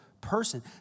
person